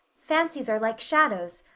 fancies are like shadows.